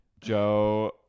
joe